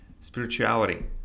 spirituality